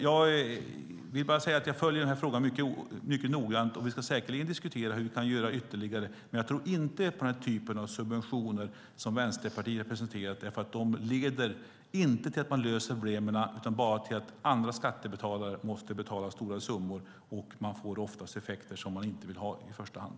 Jag följer den här frågan mycket noggrant, och vi ska säkerligen diskutera vad vi kan göra ytterligare, men jag tror inte på den typ av subventioner som Vänsterpartiet har presenterat, för de leder inte till att man löser problemen utan bara till att andra skattebetalare måste betala stora summor. Man får då oftast effekter som man inte vill ha i första hand.